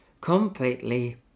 completely